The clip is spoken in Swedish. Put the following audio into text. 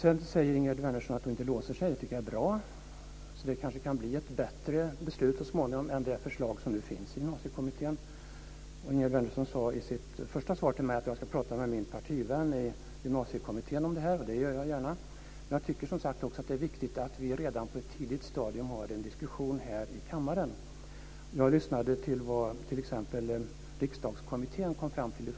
Ingegerd Wärnersson säger att hon inte låser sig. Det är bra. Det kanske kan bli ett bättre beslut så småningom än det förslag som nu finns i Gymnasiekommittén. Ingegerd Wärnersson sade i sitt första svar till mig att jag ska prata med min partivän i Gymnasiekommittén om detta. Det gör jag gärna. Men jag tycker att det är viktigt att vi redan på ett tidigt stadium har en diskussion i kammaren. Jag lyssnade i förra veckan på vad Riksdagskommittén kom fram till.